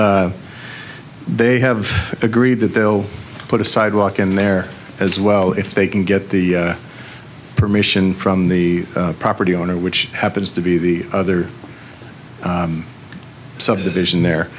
leo they have agreed that they'll put a sidewalk in there as well if they can get the permission from the property owner which happens to be the other subdivision there